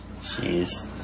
jeez